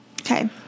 Okay